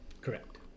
Correct